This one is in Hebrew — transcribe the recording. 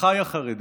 אחיי החרדים,